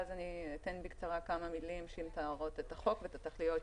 ואז אני אתן בקצרה כמה מילים שמתארות את החוק ואת התכליות שלו.